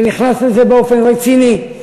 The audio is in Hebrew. שנכנס לזה באופן רציני.